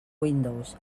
windows